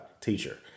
teacher